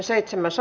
asia